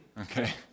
Okay